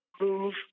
move